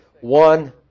one